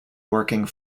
working